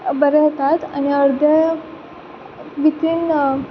बरो येतात आनी अर्दे भितून